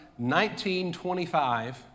19.25